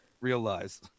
realize